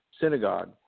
synagogue